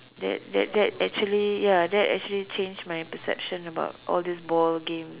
that that that actually ya that actually change my perception about all this ball game